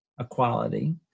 equality